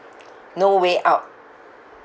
no way out